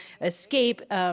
escape